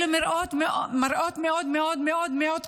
אלה מראות קשים מאוד מאוד.